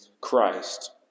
Christ